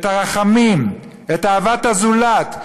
את הרחמים, את אהבת הזולת.